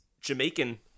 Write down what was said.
jamaican